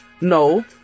no